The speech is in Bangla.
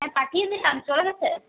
হ্যাঁ পাঠিয়ে দিলাম চলে গেছে